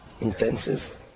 intensive